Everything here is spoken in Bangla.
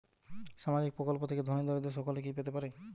সামাজিক প্রকল্প থেকে ধনী দরিদ্র সকলে কি পেতে পারে?